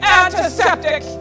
antiseptic